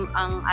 ang